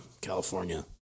California